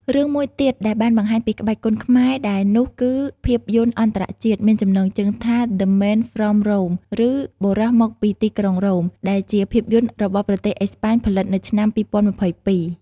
រឿងមួយទៀតដែលបានបង្ហាញពីក្បាច់គុនខ្មែរដែរ នោះគឺភាពយន្តអន្តរជាតិមានចំណងជើងថា "The Man from Rome" ឬ "បុរសមកពីទីក្រុងរ៉ូម" ដែលជាភាពយន្តរបស់ប្រទេសអេស្ប៉ាញផលិតនៅឆ្នាំ២០២២។